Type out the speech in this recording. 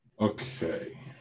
okay